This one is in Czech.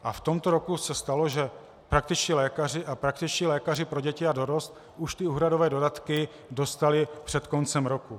A v tomto roce se stalo, že praktičtí lékaři a praktičtí lékaři pro děti a dorost už ty úhradové dodatky dostali před koncem roku.